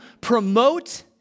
promote